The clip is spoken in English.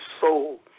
soul